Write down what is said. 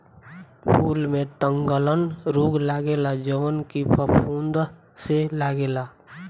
फूल में तनगलन रोग लगेला जवन की फफूंद से लागेला